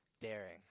daring